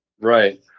Right